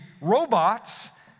robots